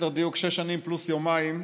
ליתר דיוק שש שנים פלוס יומיים,